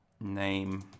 name